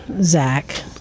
Zach